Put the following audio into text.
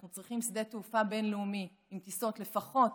אנחנו צריכים שדה תעופה בין-לאומי עם טיסות לפחות